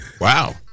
wow